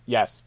Yes